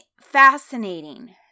fascinating